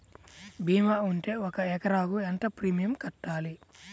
భీమా ఉంటే ఒక ఎకరాకు ఎంత ప్రీమియం కట్టాలి?